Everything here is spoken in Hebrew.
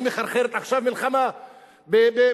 היא מחרחרת עכשיו מלחמה באירן.